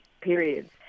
periods